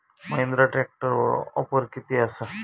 महिंद्रा ट्रॅकटरवर ऑफर किती आसा?